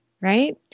right